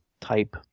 type